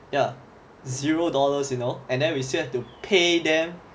ya zero dollars you know and then we still have to pay them